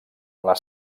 les